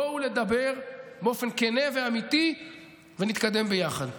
בואו נדבר באופן כן ואמיתי ונתקדם ביחד.